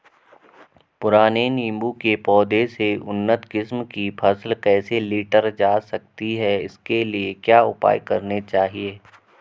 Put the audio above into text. पुराने नीबूं के पौधें से उन्नत किस्म की फसल कैसे लीटर जा सकती है इसके लिए क्या उपाय करने चाहिए?